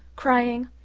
crying,